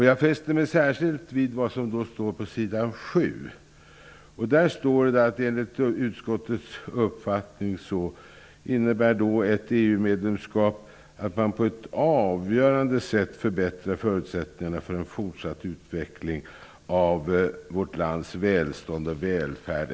Jag fäster mig då särskilt vid vad som står på s. 7, nämligen att ett EU-medlemskap skulle ''på ett avgörande sätt förbättra förutsättningarna för en fortsatt utveckling av vårt lands välstånd och välfärd''.